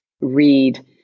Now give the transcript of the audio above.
read